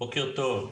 בוקר טוב.